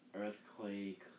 Earthquake